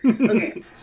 okay